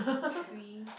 tree